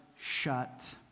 shut